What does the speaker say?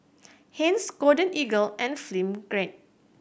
Heinz Golden Eagle and Film Grade